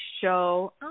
show